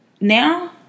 Now